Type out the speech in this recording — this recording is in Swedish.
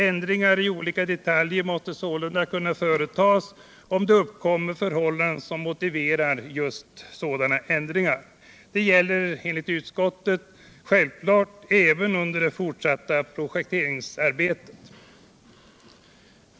Ändringar i olika detaljer måste sålunda kunna företas om det uppkommer förhållanden som moliverar just sådana ändringar. Detta gäller enligt utskottets mening självklart även under det fortsatta projekteringsarbetet.